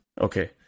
Okay